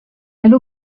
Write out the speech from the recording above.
elle